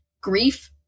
grief